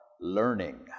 learning